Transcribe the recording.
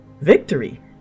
Victory